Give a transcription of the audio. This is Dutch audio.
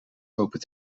open